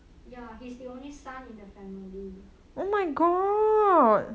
ya he's the only son in the family